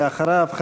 ואחריו,